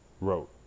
wrote